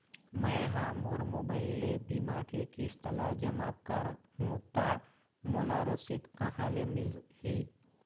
मैं हा मोर मोबाइल ले बीमा के किस्त ला जमा कर हु ता मोला रसीद कहां ले मिल ही?